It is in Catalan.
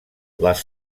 les